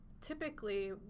typically